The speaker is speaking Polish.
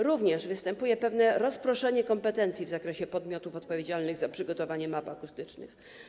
Również występuje pewne rozproszenie kompetencji w zakresie podmiotów odpowiedzialnych za przygotowanie map akustycznych.